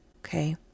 Okay